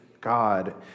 God